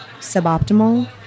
suboptimal